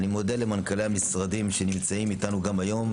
אני מודה למנכ''לי המשרדים שנמצאים אתנו גם היום